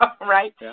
right